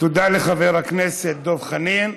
תודה לחבר הכנסת דב חנין.